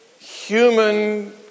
human